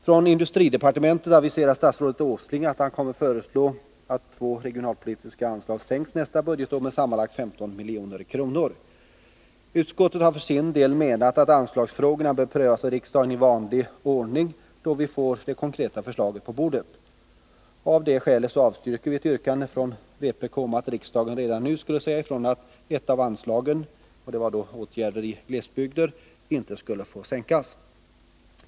Från industridepartementet aviserar statsrådet Åsling att han kommer att föreslå att två regionalpolitiska anslag skall sänkas nästa budgetår med sammanlagt 15 milj.kr. Utskottet har för sin del menat att anslagsfrågorna bör prövas av riksdagen i vanlig ordning då vi får det konkreta förslaget på bordet. Av det skälet avstyrker vi ett yrkande från vpk om att riksdagen redan nu skulle säga ifrån att ett av anslagen, det som gäller åtgärder i glesbygder, inte får sänkas.